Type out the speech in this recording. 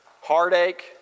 heartache